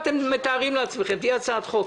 אתם מתארים לעצמכם תהיה הצעת חוק.